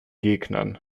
gegnern